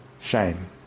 shame